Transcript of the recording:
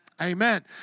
Amen